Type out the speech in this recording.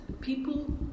people